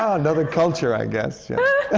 ah another culture, i guess. yeah